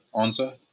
answer